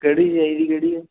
ਕਿਹੜੀ ਚਾਹੀਦੀ ਕਿਹੜੀ ਹੈ